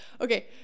Okay